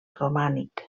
romànic